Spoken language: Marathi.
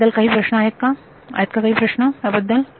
याबद्दल काही प्रश्न आहेत का काही प्रश्न याबद्दल